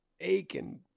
aching